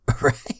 Right